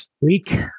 Week